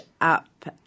up